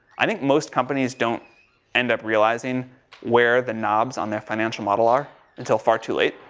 i think most companies don't end up realizing where the knobs on their financial model are until far too late.